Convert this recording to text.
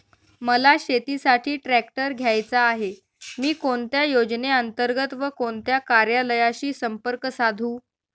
मला शेतीसाठी ट्रॅक्टर घ्यायचा आहे, मी कोणत्या योजने अंतर्गत व कोणत्या कार्यालयाशी संपर्क साधू?